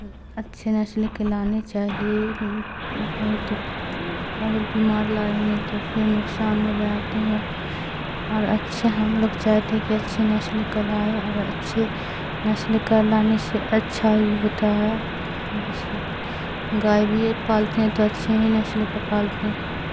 اچھے نسلے کے لانے چاہیے نہیں تو اگر بیمار لائیں گے تو پھر نقصان ہو جاتے ہیں اور اچھے ہم لوگ چاہتے ہیں کہ اچھے نسل کا لائیں اور اچھے نسلے کا لانے سے اچھا ہی ہوتا ہے جیسے گائے بھی پالتے ہیں تو اچھے ہی نچل کا پالتے ہیں